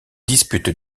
dispute